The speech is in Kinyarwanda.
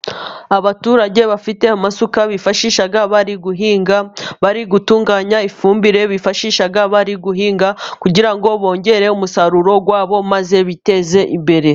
Abaturage bafite amasuka bifashisha bari guhinga, bari gutunganya ifumbire bifashisha bari guhinga, kugira ngo bongere umusaruro wabo maze biteze imbere.